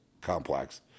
complex